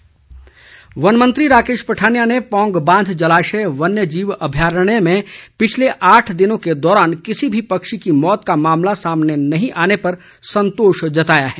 राकेश पठानिया वन मंत्री राकेश पठानिया ने पौंग बांध जलाशय वन्यजीव अभयारण्य में पिछले आठ दिनों के दौरान किसी भी पक्षी की मौत का मामला सामने नहीं आने पर सन्तोष जताया है